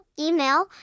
email